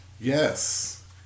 Yes